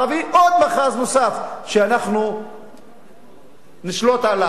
עוד מאחז נוסף שאנחנו נשלוט עליו,